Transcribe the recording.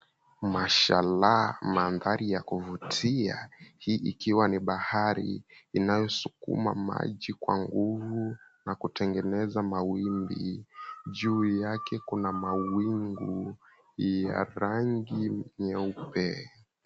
Mashalah, mandhari ya kuvutia. Hii ikiwa ni bahari inayosukuma maji kwa nguvu na kutengeneza mawimbi. Juu yake kuna rangi nyeupe.